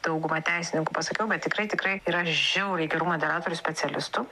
dauguma teisininkų pasakiau kad tikrai tikrai yra žiauriai gerų moderatorių specialistų